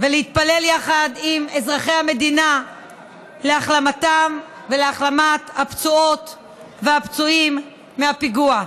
ולהתפלל יחד עם אזרחי המדינה להחלמתם ולהחלמת הפצועות והפצועים מהפיגוע.